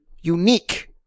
unique